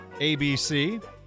ABC